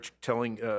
telling